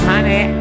Honey